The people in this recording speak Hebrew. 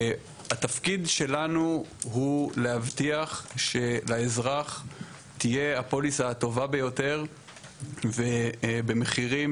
התפקיד שלנו הוא להבטיח שלאזרח תהיה הפוליסה הטובה ביותר ובמחירים